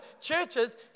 churches